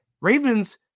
Ravens